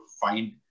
find